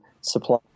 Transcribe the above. supply